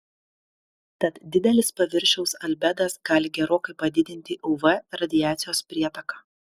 tad didelis paviršiaus albedas gali gerokai padidinti uv radiacijos prietaką